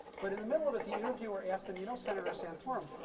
but in the middle of it, the interviewer asked him, you know senator santorum,